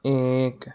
ایک